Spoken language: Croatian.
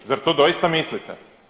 Zar to doista mislite.